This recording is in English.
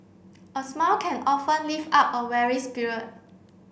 a smile can often lift up a weary spirit